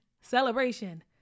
celebration